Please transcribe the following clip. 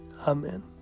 Amen